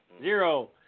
Zero